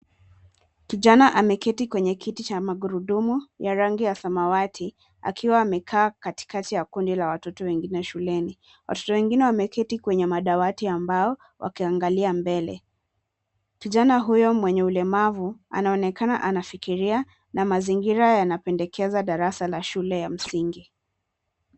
Kijana ameketi kwenye kiti cha magurudumu ya rangi ya samawati akiwa amekaa katikati ya kundi la watoto wengine shuleni. Watoto wengine wameketi kwenye madawati ya mbao wakiangalia mbele. Kijana huyo mwenye ulemavu anaonekana anafikiria na mazingira yanapendekeza darasa la shule ya msingi.